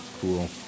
cool